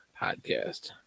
podcast